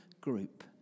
group